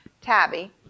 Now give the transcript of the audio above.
tabby